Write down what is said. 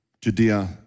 Judea